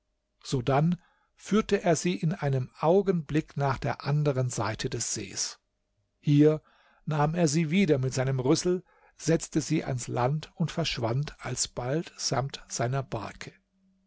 sodann führte er sie in einem augenblick nach der anderen seite des sees hier nahm er sie wieder mit seinem rüssel setzte sie ans land und verschwand alsbald samt seiner barke